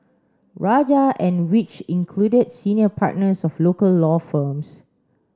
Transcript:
rajah and which included senior partners of local law firms